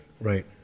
Right